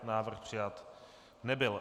Návrh přijat nebyl.